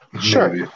sure